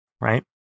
right